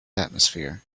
atmosphere